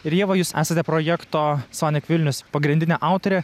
ir ieva jūs esate projekto sonik vilnius pagrindinė autorė